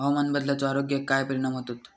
हवामान बदलाचो आरोग्याक काय परिणाम होतत?